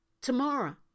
tomorrow